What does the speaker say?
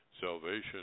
salvation